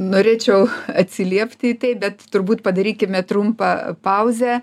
norėčiau atsiliepti į tai bet turbūt padarykime trumpą pauzę